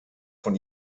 von